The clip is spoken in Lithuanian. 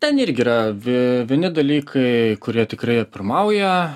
ten irgi yra vi vieni dalykai kurie tikrai pirmauja